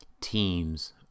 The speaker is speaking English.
teams